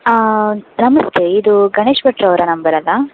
ನಮಸ್ತೆ ಇದು ಗಣೇಶ್ ಭಟ್ರು ಅವರ ನಂಬರ್ ಅಲ್ವಾ